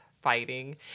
fighting